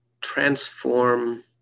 transform